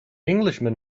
englishman